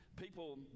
people